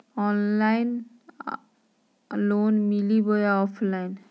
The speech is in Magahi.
लोन ऑनलाइन मिली बोया ऑफलाइन?